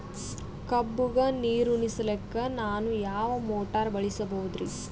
ಕಬ್ಬುಗ ನೀರುಣಿಸಲಕ ನಾನು ಯಾವ ಮೋಟಾರ್ ಬಳಸಬಹುದರಿ?